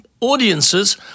audiences